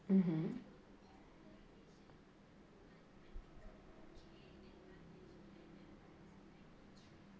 mmhmm